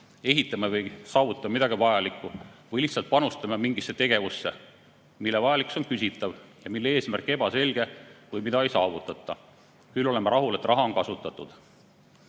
ehitame või saavutame midagi muud vajalikku või lihtsalt panustame mingisse tegevusse, mille vajalikkus on küsitav ja mille eesmärk on ebaselge või mida ei saavutata. Küll oleme rahul, et raha on kasutatud.